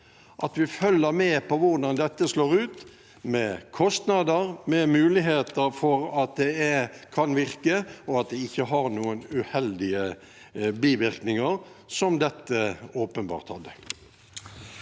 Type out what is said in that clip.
at vi følger med på hvordan dette slår ut – med kostnader, med muligheter for at løsningene kan virke, og at de ikke har noen uheldige bivirkninger, som dette åpenbart hadde.